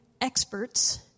experts